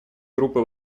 группы